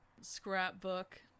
Scrapbook